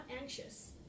anxious